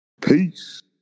Peace